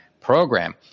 program